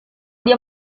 dia